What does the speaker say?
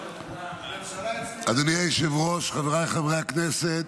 אדוני היושב-ראש, חבריי חברי הכנסת,